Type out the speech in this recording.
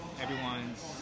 everyone's